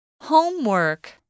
Homework